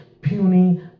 puny